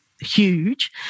huge